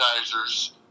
advertisers